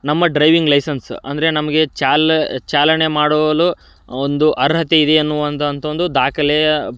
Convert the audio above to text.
ನಮ್ಮ driving licence ಅಂದರೆ ನಮಗೆ ಚಾಲನ ಚಾಲನೆ ಮಾಡಲು ಒಂದು ಅರ್ಹತೆ ಇದೆ ಎನ್ನುವಂಥ ಅಂತೊಂದು ದಾಖಲೆಯ